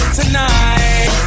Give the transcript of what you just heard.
tonight